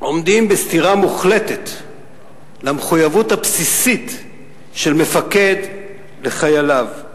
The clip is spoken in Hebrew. עומדים בסתירה מוחלטת למחויבות הבסיסית של מפקד לחייליו.